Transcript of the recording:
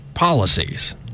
Policies